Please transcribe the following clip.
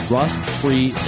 Rust-free